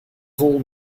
vol